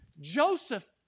Joseph